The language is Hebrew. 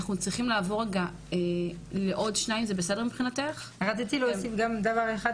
להוסיף דבר אחד